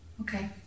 Okay